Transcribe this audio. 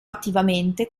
attivamente